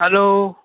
hello